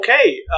Okay